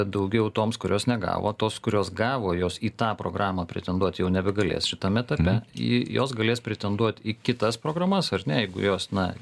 daugiau toms kurios negavo tos kurios gavo jos į tą programą pretenduot jau nebegalės šitam etape jos galės pretenduot į kitas programas ar ne jeigu jos na